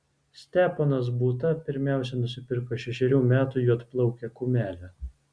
steponas būta pirmiausia nusipirko šešerių metų juodplaukę kumelę